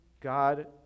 God